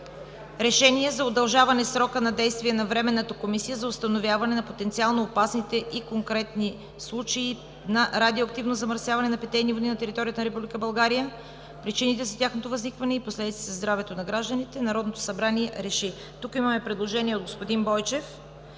решение за удължаване срока на действие на Временната комисия за установяване на потенциално опасните и конкретни случаи на радиоактивно замърсяване на питейни води на територията на Република България, причините за тяхното възникване и последиците за здравето на гражданите „Народното събрание реши:…“ Тук имаме предложение от господин Бойчев